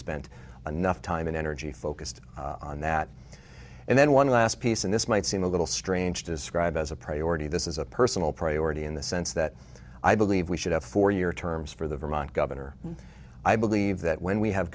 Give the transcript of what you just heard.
spent enough time and energy focused on that and then one last piece and this might seem a little strange to describe as a priority this is a personal priority in the sense that i believe we should have four year terms for the vermont governor and i believe that when we have